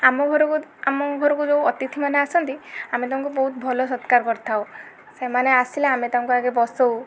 ଆମ ଘରକୁ ଆମ ଘରକୁ ଯେଉଁ ଅତିଥିମାନେ ଆସନ୍ତି ଆମେ ତାଙ୍କୁ ବହୁତ ଭଲ ସତ୍କାର କରିଥାଉ ସେମାନେ ଆସିଲେ ଆମେ ତାଙ୍କୁ ଆଗେ ବସଉ